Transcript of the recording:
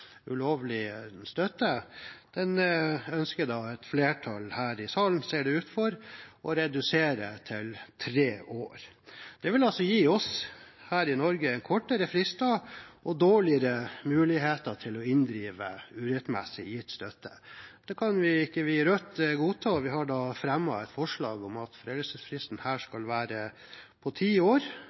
ulovlig støtte, bli redusert til tre år, noe det ser ut til at et flertall her i salen ønsker. Det vil altså gi oss her i Norge kortere fristere og dårligere muligheter til å inndrive urettmessig gitt støtte. Det kan ikke vi i Rødt godta, og vi har fremmet et forslag om at foreldelsesfristen her skal være på ti år,